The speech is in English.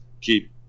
keep